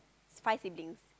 five sibling